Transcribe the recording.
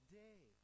day